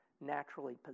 naturally